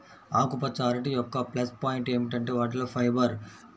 ఆకుపచ్చ అరటి యొక్క ప్లస్ పాయింట్ ఏమిటంటే వాటిలో ఫైబర్